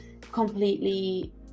completely